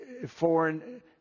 foreign